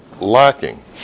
lacking